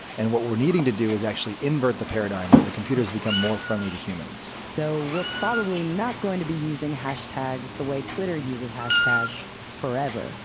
and what we're needing to do is actually invert the paradigm where the computers become more friendly to humans. so we're probably not going to be using hashtags the way twitter uses hashtags forever,